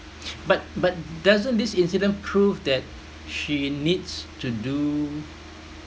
but but doesn't this incident prove that she needs to do